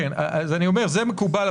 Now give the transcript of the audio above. זה מקובל,